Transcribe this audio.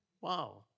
Wow